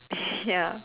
ya